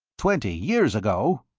twenty years ago?